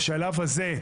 בשלב הזה,